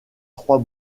trois